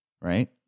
right